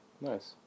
Nice